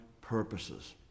purposes